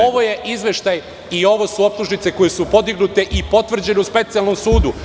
Ovo je izveštaj i ovo su optužnice koje su podignute i potvrđene u Specijalnom sudu.